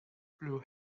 blue